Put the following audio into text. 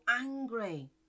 angry